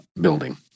building